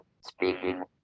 speaking